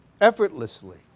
Effortlessly